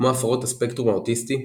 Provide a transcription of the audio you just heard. כמו הפרעות הספקטרום האוטיסטי,